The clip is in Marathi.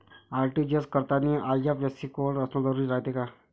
आर.टी.जी.एस करतांनी आय.एफ.एस.सी कोड असन जरुरी रायते का?